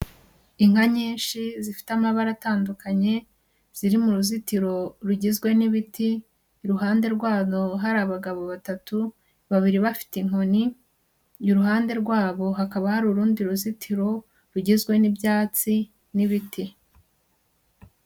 Inka nyinshi zifite amabara atandukanye ziri mu ruzitiro rugizwe n'ibiti, iruhande rwazo hari abagabo batatu babiri bafite inkoni, iruhande rwabo hakaba hari urundi ruzitiro rugizwe n'ibyatsi n'ibiti.